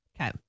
Okay